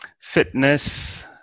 fitness